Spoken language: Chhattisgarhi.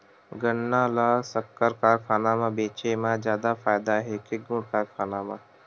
गन्ना ल शक्कर कारखाना म बेचे म जादा फ़ायदा हे के गुण कारखाना म?